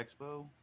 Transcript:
expo